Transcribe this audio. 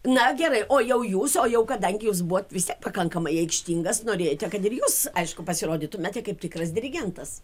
na gerai o jau jūs o jau kadangi jūs buvot vis tiek pakankamai aikštingas norėjote kad ir jūs aišku pasirodytumėte kaip tikras dirigentas